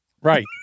Right